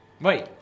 wait